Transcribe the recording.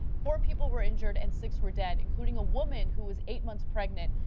four people were injured and six were dead, including a woman who was eight months pregnant.